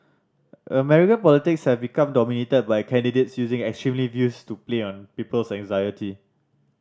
American politics have become dominated by candidates using extremist views to play on people's anxiety